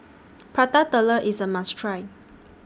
Prata Telur IS A must Try